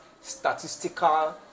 statistical